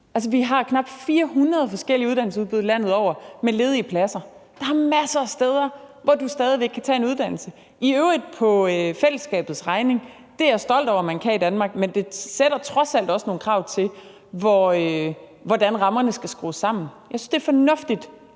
vi har knap 400 forskellige uddannelsesudbud landet over med ledige pladser. Der er masser af steder, hvor du stadig væk kan tage en uddannelse, i øvrigt på fællesskabets regning. Det er jeg stolt over man kan i Danmark, men det stiller trods alt også nogle krav til, hvordan rammerne skal skrues sammen. Jeg synes, det er fornuftigt